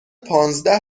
پانزده